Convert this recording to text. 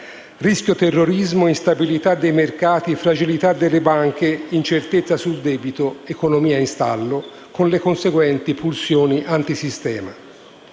rischio terrorismo, instabilità dei mercati, fragilità delle banche, incertezza sul debito ed economia in stallo, con le conseguenti pulsioni antisistema.